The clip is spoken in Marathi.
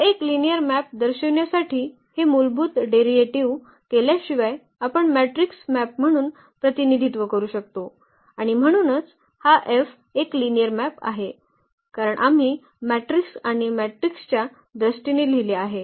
हा एक लिनिअर मॅप दर्शविण्यासाठी हे मूलभूत डेरिव्हेटिव्ह केल्याशिवाय आपण मॅट्रिक्स मॅप म्हणून प्रतिनिधित्व करू शकतो आणि म्हणूनच हा F एक लिनिअर मॅप आहे कारण आम्ही मॅट्रिक्स आणि मॅट्रिक्सच्या दृष्टीने लिहिले आहे